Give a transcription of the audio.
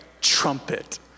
trumpet